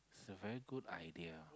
is a very good idea